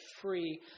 free